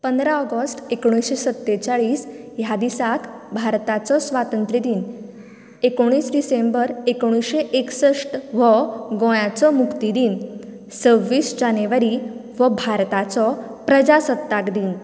पंदरा ऑगोस्ट एकोण्णीशे सत्तेचाळीस ह्या दिसांक भारताचो स्वातंत्रय दीन एकोणीस डिसेंबर एकोणीशे एकश्ट हो गोंयांचो मुक्ती दीन सव्वीस जानेवारी हो भारताचो प्रजासत्ताक दीन